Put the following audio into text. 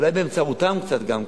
אולי באמצעותם קצת גם כן,